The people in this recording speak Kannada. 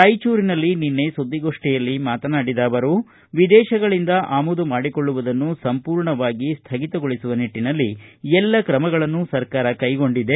ರಾಯಚೂರಿನಲ್ಲಿ ನಿನ್ನೆ ಸುದ್ದಿಗೋಷ್ಠಿಯಲ್ಲಿ ಮಾತನಾಡಿದ ಅವರು ವಿದೇತಗಳಿಂದ ಆಮದು ಮಾಡಿಕೊಳ್ಳುವುದನ್ನು ಸಂಪೂರ್ಣವಾಗಿ ಸ್ಥಗಿತಗೊಳಿಸುವ ನಿಟ್ಟನಲ್ಲಿ ಎಲ್ಲ ತ್ರಮಗಳನ್ನು ಸರ್ಕಾರ ಕೈಗೊಂಡಿದೆ